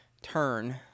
turn